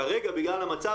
כרגע בגלל המצב,